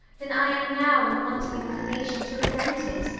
than i am now in wanting inclination to resent it.